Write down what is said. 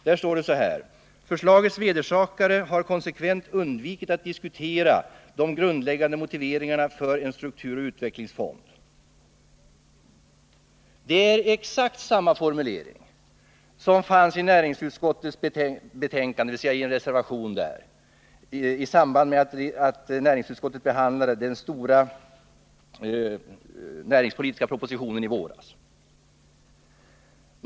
Där står det ”att förslagets vedersakare konsekvent har undvikit att diskutera de grundläggande motiveringarna för att en strukturoch utvecklingsfond bör tillskapas”. Det är exakt samma formulering som den som fanns i en reservation till näringsutskottets betänkande. Det var i samband med att näringsutskottet behandlade den stora näringspolitiska propositionen i våras.